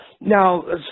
Now